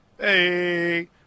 Hey